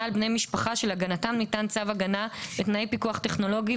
על בני משפחה שלהגנתם ניתן צו הגנה בתנאי פיקוח טכנולוגי,